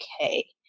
okay